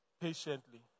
patiently